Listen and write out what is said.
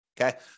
Okay